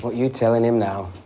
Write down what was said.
but you telling him now?